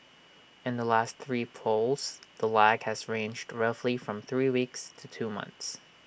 in the last three polls the lag has ranged roughly from three weeks to two months